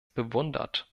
bewundert